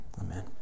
amen